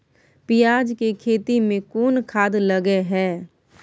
पियाज के खेती में कोन खाद लगे हैं?